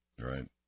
Right